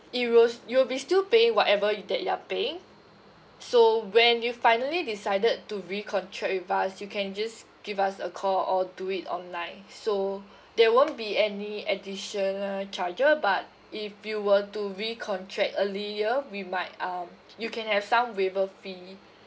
it will you'll still paying whatever you that you're paying so when you finally decided to recontract with us you can just give us a call or do it online so there won't be any additional charges but if you were to recontract early year we might um you can have some waiver fee